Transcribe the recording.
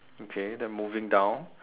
okay then moving down